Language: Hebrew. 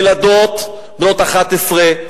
ילדות בנות 11,